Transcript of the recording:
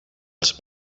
els